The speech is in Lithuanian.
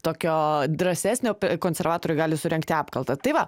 tokio drąsesnio konservatorių gali surengti apkaltą tai va